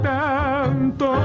tanto